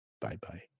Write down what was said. Bye-bye